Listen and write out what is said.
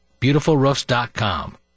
BeautifulRoofs.com